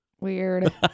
Weird